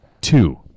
Two